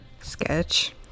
Sketch